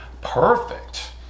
perfect